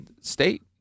state